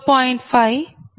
7 0